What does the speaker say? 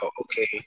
okay